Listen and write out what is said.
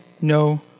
no